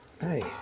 Hey